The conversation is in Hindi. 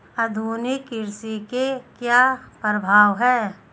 आधुनिक कृषि के क्या प्रभाव हैं?